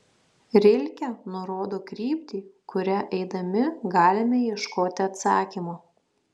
rilke nurodo kryptį kuria eidami galime ieškoti atsakymo